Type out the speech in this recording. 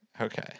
Okay